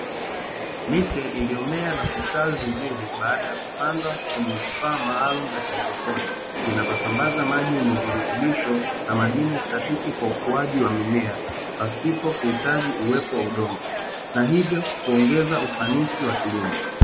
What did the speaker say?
Miche iliyomea na kustawi vizuri baada ya kupandwa kwenye vifaa maalumu vya haidroponi, vinavyosambaza maji yenye virutubisho na madini stahiki kwa ukuaji wa mmea, pasipo kuhitaji uwepo wa udongo na hivyo kuongeza ufanisi wa kilimo.